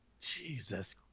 Jesus